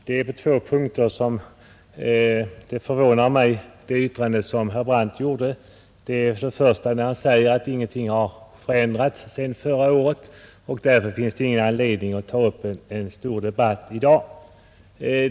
Herr talman! Det är två punkter i det yttrande herr Brandt gjorde som förvånar mig. Han sade först och främst att ingenting har förändrats sedan förra året och att det därför inte finns någon anledning att ta upp en stor debatt i dag.